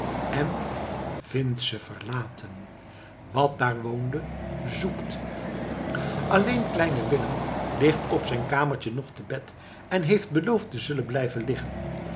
en vindt ze verlaten wat daar woonde zoekt alleen kleine willem ligt op zijn kamertje nog te bed en heeft beloofd te zullen blijven liggen